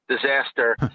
disaster